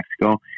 Mexico